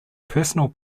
personal